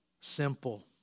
simple